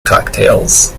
cocktails